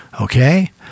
Okay